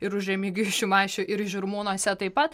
ir už remigijų šimašių ir žirmūnuose taip pat